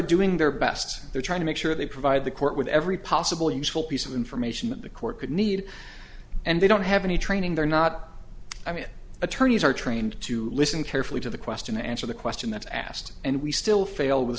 doing their best they're trying to make sure they provide the court with every possible useful piece of information that the court could need and they don't have any training they're not i mean attorneys are trained to listen carefully to the question answer the question that's asked and we still fail